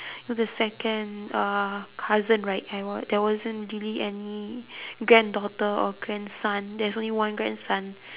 the second uh cousin right I wa~ there wasn't really any granddaughter or grandson there's only one grandson